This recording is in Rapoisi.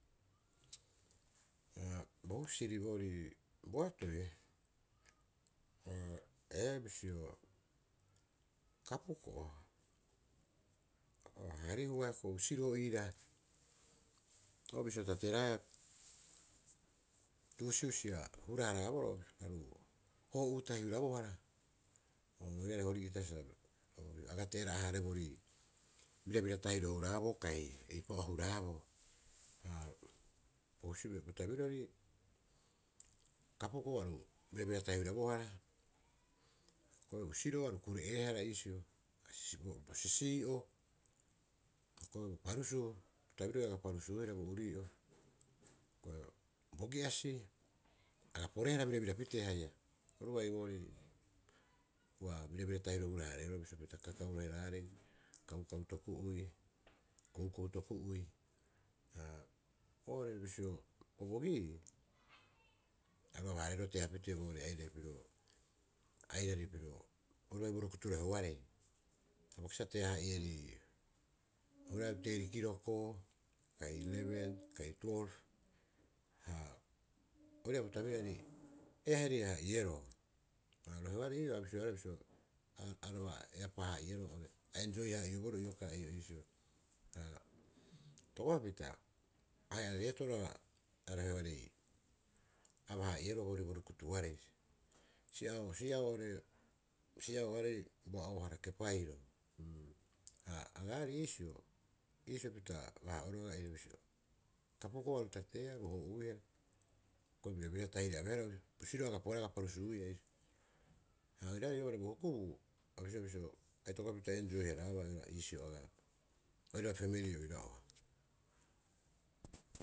Bo husiri boorii boatoi ee, bisio kapuko'o a harihua ko usiro'o iiraa, o bisio tateraea tuusihusi a hurahuraboroo aru hoo'uutahi hura bohara roiraire hori'ita sa aga teera'a- haareborii birabira tahiro huraabo kai eipa'oo huraaboo. Bo tabirirori kapuko'o aru birabira tahi hurabohara ko'i usiro'o aru kure'eehara iisio bo sisii'o bo parusuu bo tabirirori aga parusuuihara haia bo urii'o bogi'asi aga pore- hara birabira pitee haia oru bai boorii ua birabira tahiro hura- hareeroo bisio pita kakau rohearaarei kaukau toku'ui koukou toku'ui haa oo'ore bisio bobogi'ii aga aba- hareroo teapitee airai pirio airaripiro oru bai borukutu roheaarei. A bai kasibaa sa tea- haa'ierii huraeu teeri kiroko kai reberi kai tuoro ha ori ii'aa bo tabiro aarei eahari- haa'ieroo ha rohearei ii'oo a bisioea bisio araba eapaa- haa'ieroo a enjoi haa'ioboroo ioka ii'oo issio itokopapita ahe'areetoro roheare aba- haa'ieroo boorii bo rukutuarei si'aoarei boa'oohara kepairo. Ha agaarei iisio iisio pita aba- haa'oeroo aga'ire bisio kapuko'o aru tateea aru hoo'uuia hioko'i birabira tahire abeehara usiro'o aga poreea aga parusuuia iisio ha oiraarei oo'ore bo hukubuu a bisioea bisio a itokopapita enjoiharaabaa agaa iisio agaa oiraba pemeli oira'oa.